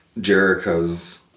Jericho's